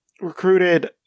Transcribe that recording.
recruited